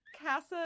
Casa